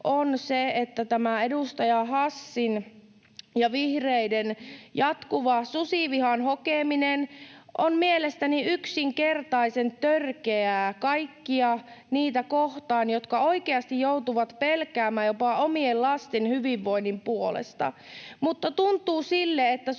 on se, että tämä edustaja Hassin ja vihreiden jatkuva susivihan hokeminen on mielestäni yksinkertaisen törkeää kaikkia niitä kohtaan, jotka oikeasti joutuvat pelkäämään jopa omien lastensa hyvinvoinnin puolesta. Mutta tuntuu sille, että